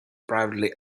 privately